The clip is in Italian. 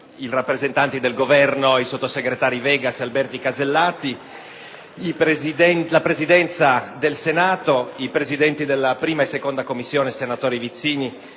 i rappresentanti del Governo, i sottosegretari Vegas e Alberti Casellati, la Presidenza del Senato, i presidenti della 1a e della 2a Commissione, senatori Vizzini